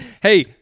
Hey